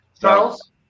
Charles